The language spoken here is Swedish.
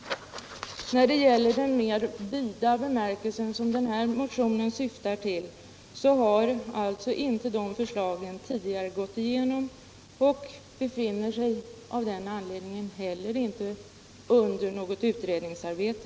Vad beträffar de mera vittsyftande förslag som tas upp i den här motionen har de inte vunnit gehör och är av den anledningen inte föremål för något utredningsarbete.